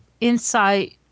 insight